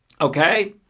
Okay